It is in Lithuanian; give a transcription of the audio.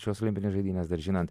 šios olimpinės žaidynės dar žinant